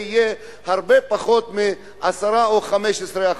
זה יהיה הרבה פחות מ-10% או מ-15%.